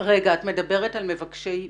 את מדברת על מבקשי מקלט?